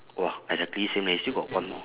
!wah! exactly same leh still got one more